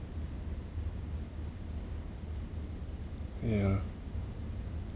yeah